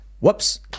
whoops